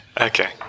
Okay